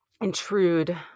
intrude